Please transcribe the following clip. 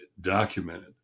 documented